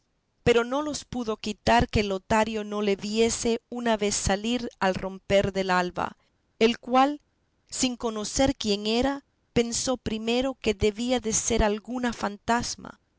pero no los pudo quitar que lotario no le viese una vez salir al romper del alba el cual sin conocer quién era pensó primero que debía de ser alguna fantasma